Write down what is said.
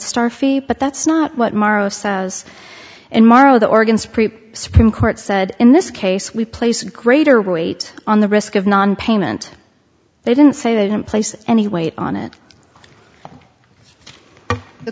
lodestar fee but that's not what morrow says in morrow the oregon supreme supreme court said in this case we place greater weight on the risk of nonpayment they didn't say they didn't place any weight on it the